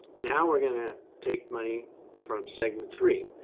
now we're going to take money from segment three.